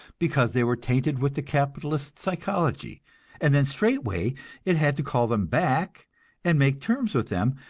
because they were tainted with the capitalist psychology and then straightway it had to call them back and make terms with them,